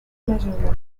measurements